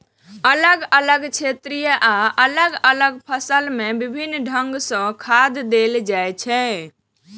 अलग अलग क्षेत्र आ अलग अलग फसल मे विभिन्न ढंग सं खाद देल जाइ छै